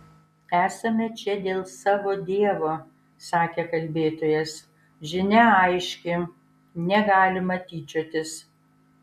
esame čia dėl savo dievo sakė kalbėtojas žinia aiški negalima tyčiotis